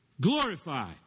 glorified